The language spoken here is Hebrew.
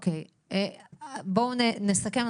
בואו נסכם,